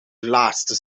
laatste